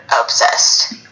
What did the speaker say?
obsessed